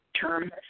term